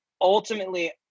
ultimately